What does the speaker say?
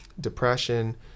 depression